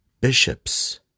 bishops